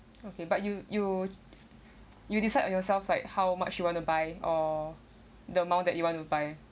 okay but you you you decide yourself like how much you want to buy or the amount that you want to buy